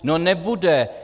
No nebude.